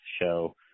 show